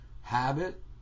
habit